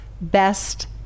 best